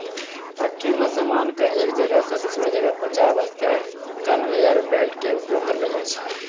factory मॅ सामान कॅ एक जगह सॅ दोसरो जगह पहुंचाय वास्तॅ कनवेयर बेल्ट के उपयोग करलो जाय छै